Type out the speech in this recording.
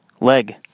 leg